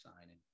signing